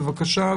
בבקשה.